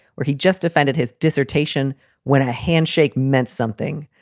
where he just defended his dissertation when a handshake meant something.